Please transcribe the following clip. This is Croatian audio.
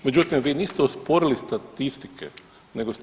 Međutim vi niste osporili statistike nego ste